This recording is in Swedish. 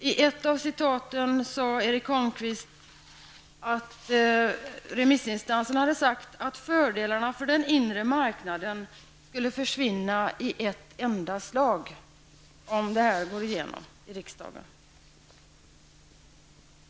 I ett av citaten sade Erik Holmkvist att remissinstansen hade sagt att fördelarna för den inre marknaden skulle försvinna i ett enda slag, om detta går igenom i riksdagen.